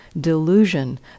delusion